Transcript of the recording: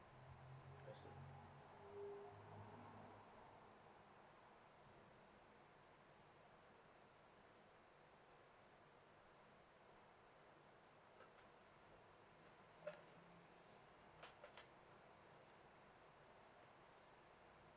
I see